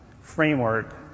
Framework